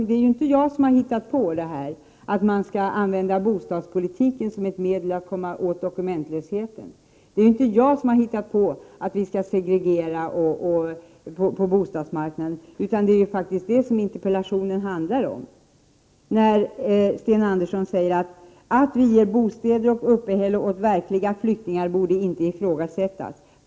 Det är ju inte jag som har hittat på att man skall använda bostadspolitiken som ett medel att komma åt den s.k. dokumentlösheten, och det är inte jag som har hittat på att man skall segregera på bostadsmarknaden, utan detta tas upp i interpellationen. Sten Andersson säger i sin interpellation: ”Att vi ger bostäder och upphälle åt verkliga flyktingar borde inte ifrågasättas.